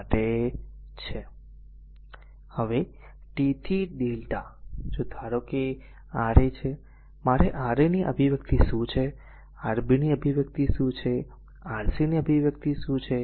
હવે t થી Δ જો ધારો કે a a R a છે અને મારે Ra ની અભિવ્યક્તિ શું છે Rb ની અભિવ્યક્તિ શું છે Rc ની અભિવ્યક્તિ શું છે